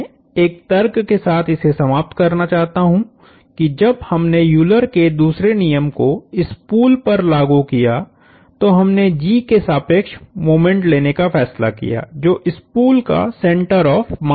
मैं एक तर्क के साथ इसे समाप्त करना चाहता हूं कि जब हमने यूलर के दूसरे नियम को स्पूल पर लागू किया तो हमने G के सापेक्ष मोमेंट लेने का फैसला किया जो स्पूल का सेण्टर ऑफ़ मास है